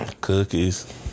Cookies